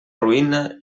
ruïna